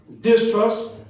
Distrust